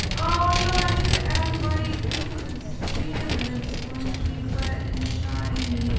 ah no! i meant to add white because it's jam and it's going to be wet and shinyyyy.